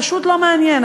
פשוט לא מעניין.